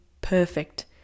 perfect